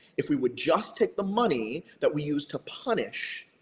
if we would just take the money that we use to punish,